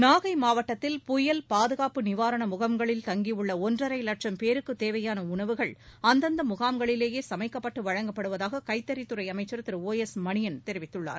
நாகை மாவட்டத்தில் புயல் பாதுகாப்பு நிவாரண முகாம்களில் தங்கியுள்ள ஒன்றரை வட்சம் பேருக்கு தேவையான உணவுகள் அந்தந்த முகாம்களிலேயே சமைக்கப்பட்டு வழங்கப்படுவதாக கைத்தறித் துறை அமைச்சர் திரு ஓ எஸ் மணியன் தெரிவித்துள்ளார்